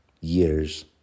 Years